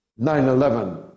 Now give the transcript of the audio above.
9-11